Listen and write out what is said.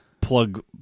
plug